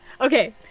Okay